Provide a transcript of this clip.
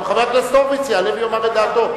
גם חבר הכנסת הורוביץ יעלה ויאמר את דעתו.